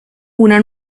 una